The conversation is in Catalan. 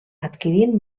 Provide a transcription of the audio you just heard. adquirint